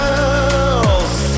else